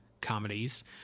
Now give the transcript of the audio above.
comedies